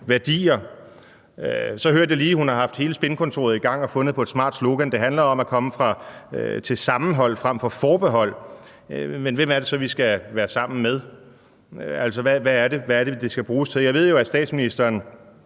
værdier? Så hørte jeg lige, at hun har haft hele spinkontoret i gang og fundet på et smart slogan. Det handler om at have sammenhold frem for forbehold. Men hvem er det så, vi skal være sammen med? Altså, hvad er det, det skal bruges til? Jeg ved jo, at statsministeren